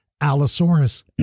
Allosaurus